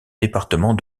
département